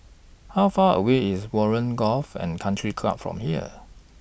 How Far away IS Warren Golf and Country Club from here